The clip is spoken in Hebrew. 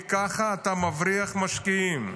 כי ככה אתה מבריח משקיעים.